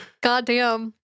goddamn